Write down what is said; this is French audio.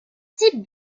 type